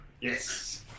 Yes